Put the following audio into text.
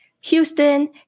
Houston